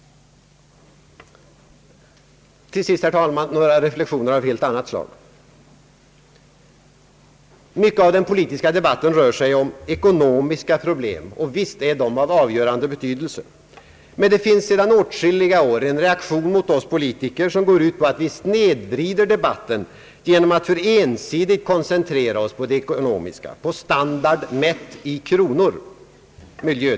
Till sist, herr talman, några reflexioner av helt annat slag. Mycket av den politiska debatten rör sig om ekonomiska problem, och visst är dessa av avgörande betydelse. Men det finns sedan åtskilliga år en reaktion mot oss politiker vilken går ut på att vi snedvrider debatten genom att för ensidigt koncentrera oss på det ekonomiska, på standard, mätt i kronor.